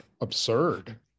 absurd